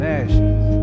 ashes